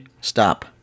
stop